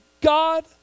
God